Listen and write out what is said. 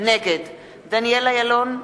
נגד דניאל אילון,